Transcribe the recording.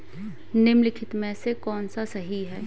निम्नलिखित में से कौन सा सही है?